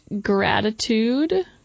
gratitude